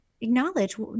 acknowledge